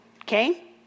Okay